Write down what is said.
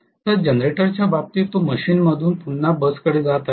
तर जनरेटरच्या बाबतीत तो मशीनमधून पुन्हा बसकडे जात आहे